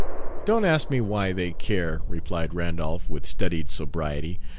don't ask me why they care, replied randolph, with studied sobriety.